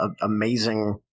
amazing